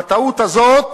והטעות הזאת